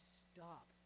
stop